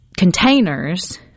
Containers